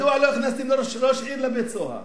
מדוע לא הכנסתם ראש עיר לבית-סוהר?